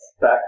back